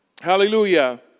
Hallelujah